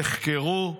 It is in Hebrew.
נחקרו.